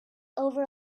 over